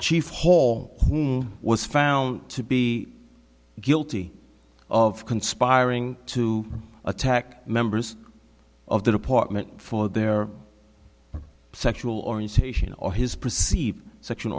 chief hole was found to be guilty of conspiring to attack members of the department for their sexual orientation or his perceived sexual